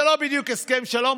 זה לא בדיוק הסכם שלום,